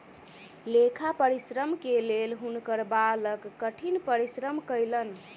लेखा परीक्षक के लेल हुनकर बालक कठिन परिश्रम कयलैन